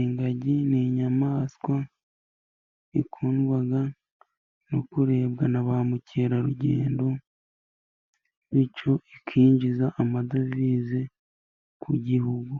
Ingagi ni inyamaswa ikundwa no kurebwa na ba mukerarugendo, bityo ikinjiza amadovize ku gihugu.